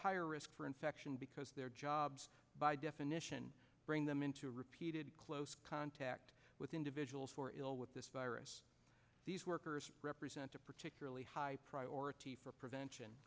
higher risk for infection because their jobs by definition bring them into repeated close contact with individuals who are ill with this virus these workers represent a particularly high priority for prevention